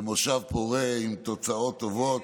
ומושב פורה, עם תוצאות טובות.